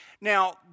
Now